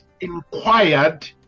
inquired